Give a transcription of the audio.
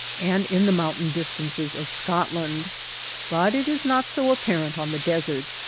and in the mountain distances of scotland but it is not so apparent on the desert.